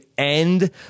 end